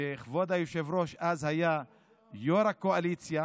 שכבוד היושב-ראש אז היה יו"ר הקואליציה